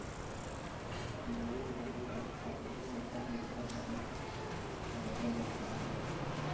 bore रहें ले कखरो उपर निरभर नइ रहे बर लागय